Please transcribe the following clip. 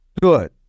Good